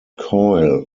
coil